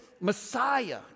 Messiah